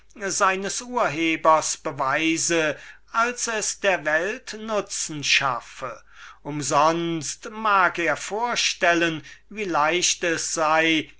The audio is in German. seines urhebers beweise als es der welt nutzen schaffe umsonst mag er vorstellen wie leicht es sei